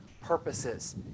purposes